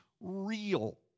real